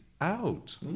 out